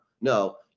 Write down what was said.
No